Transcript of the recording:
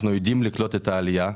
אנחנו יודעים לקלוט את העלייה.